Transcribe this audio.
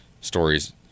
stories